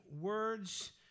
words